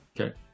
okay